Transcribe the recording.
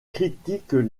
critiquent